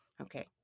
Okay